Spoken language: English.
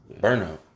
burnout